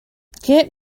get